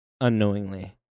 unknowingly